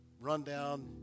rundown